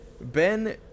Ben